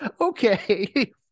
Okay